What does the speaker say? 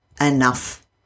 enough